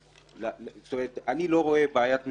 כי אני לא רואה בעיית משילות.